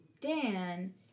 Dan